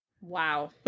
Wow